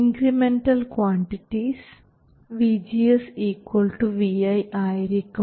incremental quantities vGS vi ആയിരിക്കും